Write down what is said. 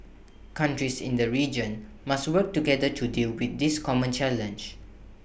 countries in the region must work together to deal with this common challenge